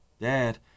dad